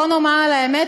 בואו ונאמר את האמת,